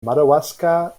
madawaska